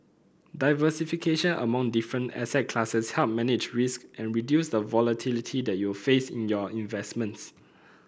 diversification among different asset classes help manage risk and reduce the volatility that you will face in your investments